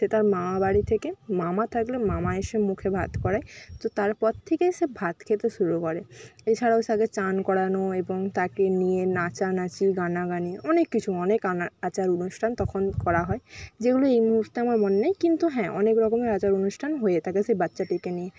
সে তার মামা বাড়ি থেকে মামা থাকলে মামা এসে মুখে ভাত করায় তো তারপর থেকে সে ভাত খেতে শুরু করে এছাড়াও থাকে স্নান করানো এবং তাকে নিয়ে নাচানাচি গানাগানি অনেক কিছু অনেক আচার অনুষ্ঠান তখন করা হয় যেগুলো এই মুহূর্তে আমার মনে নেই কিন্তু হ্যাঁ অনেক রকমের আচার অনুষ্ঠান হয়ে থাকে সেই বাচ্চাটিকে নিয়ে